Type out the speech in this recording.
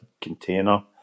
container